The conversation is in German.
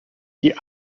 die